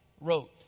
wrote